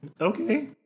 Okay